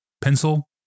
pencil